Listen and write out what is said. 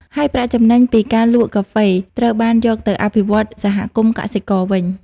ហើយប្រាក់ចំណេញពីការលក់កាហ្វេ ត្រូវបានយកទៅអភិវឌ្ឍន៍សហគមន៍កសិករវិញ។